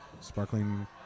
sparkling